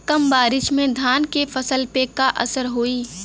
कम बारिश में धान के फसल पे का असर होई?